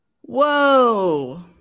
whoa